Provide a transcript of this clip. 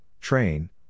train